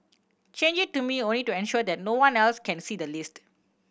change it to me only to ensure that no one else can see the list